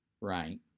Right